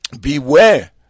Beware